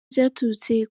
byaturutse